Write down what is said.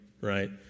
Right